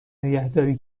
نگهداری